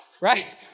Right